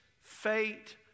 fate